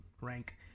rank